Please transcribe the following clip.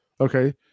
Okay